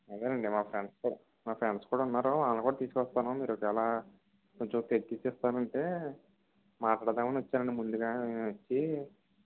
అదేనండి మా ఫ్రెండ్స్ మా ఫ్రెండ్స్ కూడా ఉన్నారు వాళ్ళను తీసుకొని వస్తాను మీరు ఒకవేళ కొంచెం తగ్గించి ఇస్తానంటే మాట్లాడదామని వచ్చానండి ముందుగానే వచ్చి